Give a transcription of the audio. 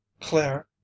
Claire